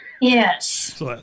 Yes